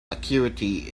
acuity